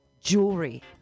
jewelry